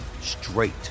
straight